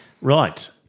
Right